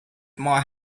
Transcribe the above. might